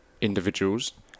individuals